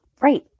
Right